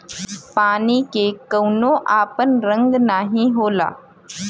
पानी के कउनो आपन रंग नाही होला